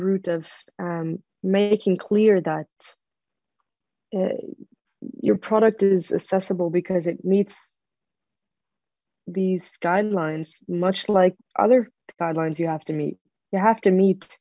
root of making clear that your product is accessible because it meets these guidelines much like other guidelines you have to meet you have to meet